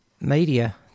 media